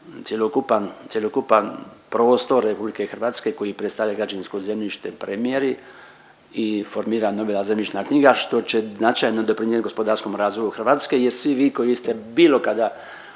cjelokupan prostor Republike Hrvatske koji predstavlja građevinsko zemljište premjeri i formira nova zemljišna knjiga što će značajno doprinijeti gospodarskom razvoju Hrvatske jer svi vi koji ste bilo kada